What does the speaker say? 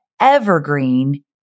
evergreen